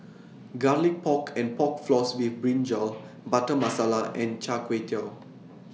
Garlic Pork and Pork Floss with Brinjal Butter Masala and Chai Tow Kuay